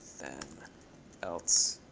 then else